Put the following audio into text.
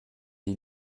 die